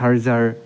charger